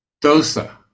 Dosa